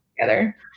together